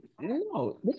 No